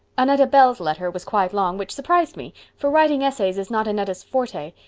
annetta bell's letter was quite long, which surprised me, for writing essays is not annetta's forte,